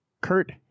Kurt